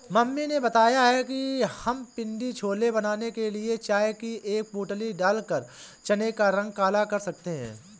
mummy ने बताया कि हम पिण्डी छोले बनाने के लिए चाय की एक पोटली डालकर चने का रंग काला कर सकते हैं